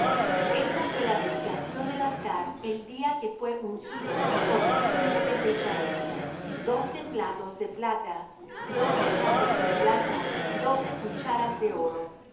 esta fué la dedicación del altar el día que fué ungido por los príncipes de israel doce platos de plata doce jarros de plata doce cucharas de oro cada plato de